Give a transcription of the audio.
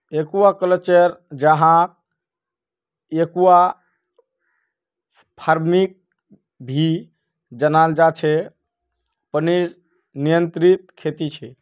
aquaculture, जहाक aquafarming भी जनाल जा छे पनीर नियंत्रित खेती छे